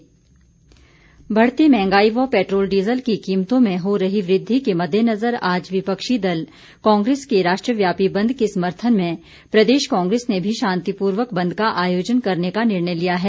कांग्रेस बढ़ती महंगाई व पैट्रोल डीजल की कीमतों में हो रही वृद्धि के मद्देनजर आज विपक्षी दल कांग्रेस के राष्ट्रव्यापी बंद के समर्थन में प्रदेश कांग्रेस ने भी शांतिपूर्वक बंद का आयोजन करने का निर्णय लिया है